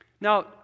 Now